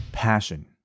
passion